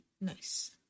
nice